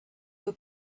were